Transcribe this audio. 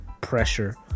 pressure